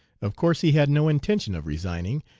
of course he had no intention of resigning,